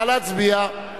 נא להצביע.